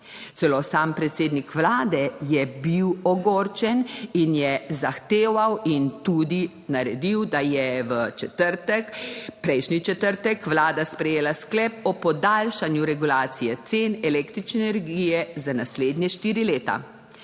Celo sam predsednik Vlade je bil ogorčen in je zahteval in tudi naredil, da je v četrtek, prejšnji četrtek Vlada sprejela Sklep o podaljšanju regulacije cen električne energije za naslednja štiri leta.